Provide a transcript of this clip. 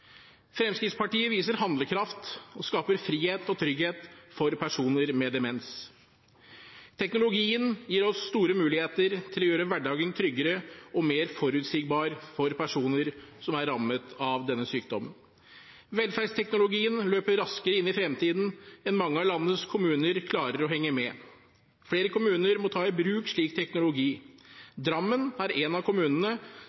Fremskrittspartiet viser handlekraft og skaper frihet og trygghet for personer med demens. Teknologien gir oss store muligheter til å gjøre hverdagen tryggere og mer forutsigbar for personer som er rammet av denne sykdommen. Velferdsteknologien løper raskere inn i fremtiden enn mange av landets kommuner klarer å henge med. Flere kommuner må ta i bruk slik